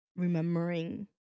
Remembering